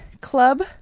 club